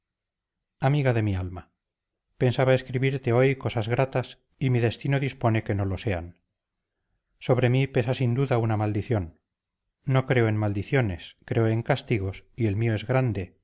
septiembre amiga de mi alma pensaba escribirte hoy cosas gratas y mi destino dispone que no lo sean sobre mí pesa sin duda una maldición no creo en maldiciones creo en castigos y el mío es grande